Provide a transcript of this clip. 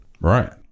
right